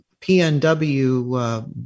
PNW